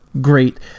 Great